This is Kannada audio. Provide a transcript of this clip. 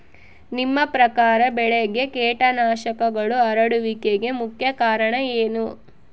ನಿಮ್ಮ ಪ್ರಕಾರ ಬೆಳೆಗೆ ಕೇಟನಾಶಕಗಳು ಹರಡುವಿಕೆಗೆ ಮುಖ್ಯ ಕಾರಣ ಏನು?